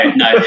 no